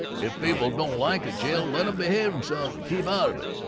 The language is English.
if people don't like a jail, let em behave emselves and keep out of it.